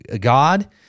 God